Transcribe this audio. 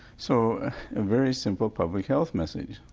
so a very simple public health message,